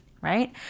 right